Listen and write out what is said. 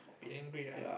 be angry lah